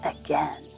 again